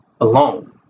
alone